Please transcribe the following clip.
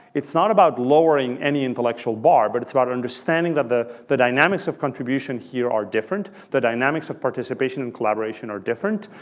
it's not about lowering any intellectual bar, but it's about understanding that the the dynamics of contribution here are different, the dynamics of participation and collaboration are different,